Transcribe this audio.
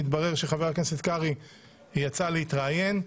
מתברר שחבר הכנסת קרעי יצא להתראיין.